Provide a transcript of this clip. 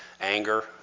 Anger